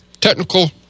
technical